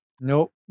Nope